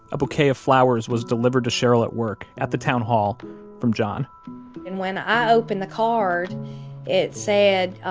a bouquet of flowers was delivered to cheryl at work at the town hall from john and when i opened the card it said,